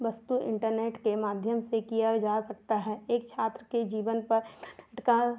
वस्तु इन्टरनेट के माध्यम से किया जा सकता है एक छात्र के जीवन पर का